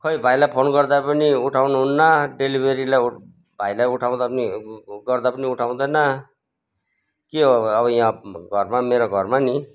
खै भाइलाई फोन गर्दा पनि उठाउनु हुन्न डेलिभेरीलाई भाइलाई उठाउँदा पनि गर्दा पनि उठाँउदैन के हो अब यहाँ घरमा मेरो घरमा नि